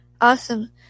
Awesome